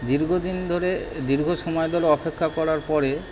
দীর্ঘ দিন ধরে দীর্ঘ সময় ধরে অপেক্ষা করার পরে